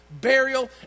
burial